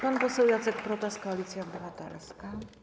Pan poseł Jacek Protas, Koalicja Obywatelska.